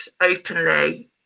openly